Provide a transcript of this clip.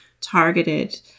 targeted